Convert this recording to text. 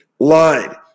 Lied